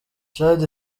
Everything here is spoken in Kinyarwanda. tchad